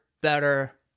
better